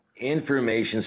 Information